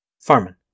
Farman